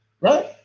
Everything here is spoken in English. right